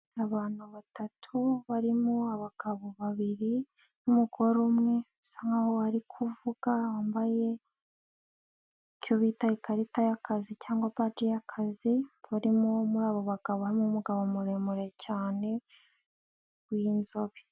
Abantu batatu barimo abagabo babiri n'umugore umwe, usa nk'aho bari kuvuga, wambaye icyo bita ikarita y'akazi cyangwa baji y'akazi, urimo muri abo bagabo, umugabo muremure cyane, w'inzobe.